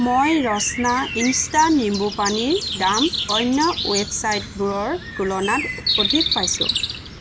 মই ৰচ্না ইনষ্টা নিম্বুপানীৰ দাম অন্য ৱেবচাইটবোৰৰ তুলনাত অধিক পাইছোঁ